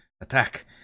attack